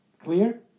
Clear